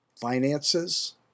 finances